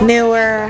Newer